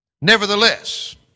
Nevertheless